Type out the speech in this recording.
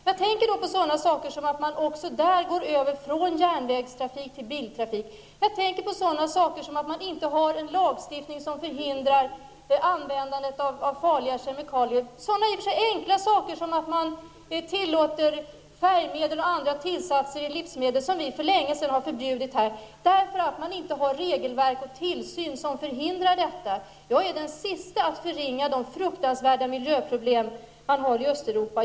Jag tänker på sådana saker som att man också där går över från järnvägstrafik till biltrafik och att man inte har en lagstiftning som förhindrar användandet av farliga kemikalier. Jag tänker på sådana enkla saker som att man tillåter färgämnen och andra tillsatser i livsmedel, som vi för länge sedan har förbjudit här, därför att man där inte har regelverk och tillsyn som förhindrar sådant. Jag är den sista att förringa de fruktansvärda miljöproblem som finns i Östeuropa.